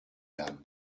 dames